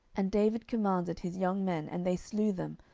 and david commanded his young men, and they slew them,